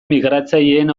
migratzaileen